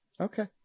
Okay